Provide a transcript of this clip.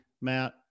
Matt